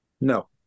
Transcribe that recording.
No